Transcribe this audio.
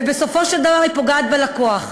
ובסופו של דבר היא פוגעת בלקוח.